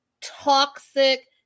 toxic